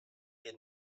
had